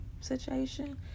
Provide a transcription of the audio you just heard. situation